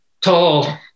tall